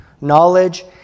knowledge